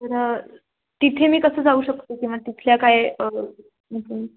तर तिथे मी कसं जाऊ शकतो किंवा तिथल्या काय करून